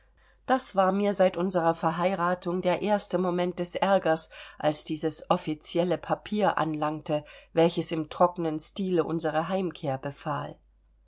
das war mir seit unserer verheiratung der erste moment des ärgers als dieses offizielle papier anlangte welches im trockenen stile unsere heimkehr befahl